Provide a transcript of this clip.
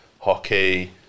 hockey